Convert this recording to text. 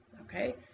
okay